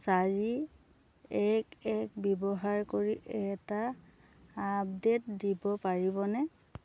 চাৰি এক এক ব্যৱহাৰ কৰি এটা আপডেট দিব পাৰিবনে